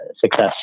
success